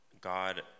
God